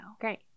Great